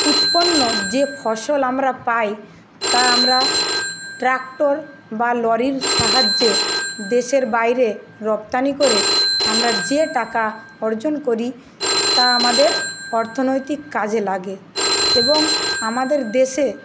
উৎপন্ন যে ফসল আমরা পাই তা আমরা ট্রাক্টর বা লরির সাহায্যে দেশের বাইরে রপ্তানি করে আমরা যে টাকা অর্জন করি তা আমাদের অর্থনৈতিক কাজে লাগে এবং আমাদের দেশে